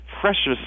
precious